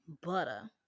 Butter